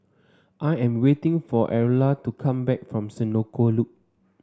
I am waiting for Erla to come back from Senoko Loop